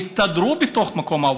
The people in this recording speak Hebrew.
יסתדרו בתוך מקום העבודה.